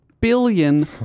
Billion